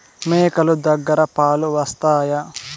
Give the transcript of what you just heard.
మేక లు దగ్గర పాలు వస్తాయా?